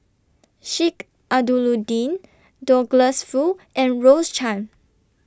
Sheik Alau'ddin Douglas Foo and Rose Chan